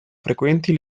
frequenti